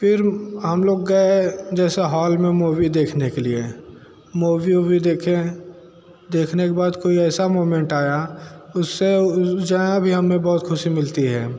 फिर हम लोग गए जैसे हॉल में मूवी देखने के लिए मूवी वूवी देखे देखने के बाद कोई ऐसा मूवमेंट आया उससे उस जहाँ भी हमें बहुत ख़ुशी मिलती है